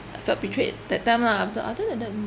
I felt betrayed that time lah but other than that mm